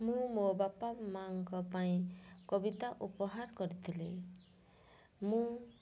ମୁଁ ମୋ ବାପା ମାଙ୍କ ପାଇଁ କବିତା ଉପହାର କରିଥିଲି ମୁଁ